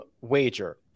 wager